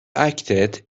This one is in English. acted